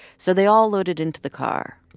so they all loaded into the car